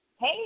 Hey